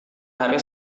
hari